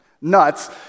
nuts